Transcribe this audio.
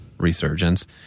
resurgence